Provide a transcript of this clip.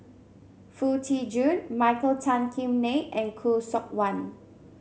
Foo Tee Jun Michael Tan Kim Nei and Khoo Seok Wan